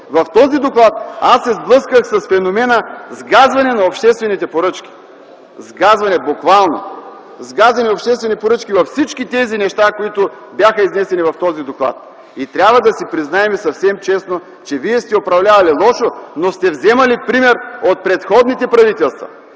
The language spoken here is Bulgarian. В този доклад аз се сблъсках с феномена „сгазване на обществените поръчки”. Сгазване буквално! Сгазени обществени поръчки във всички тези неща, които бяха изнесени в този доклад. Трябва да си признаем съвсем честно, че вие сте управлявали лошо, но сте вземали пример от предходните правителства.